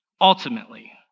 ultimately